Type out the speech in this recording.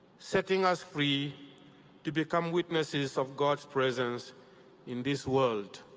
setting us free to become witnesses of god's presence in this world.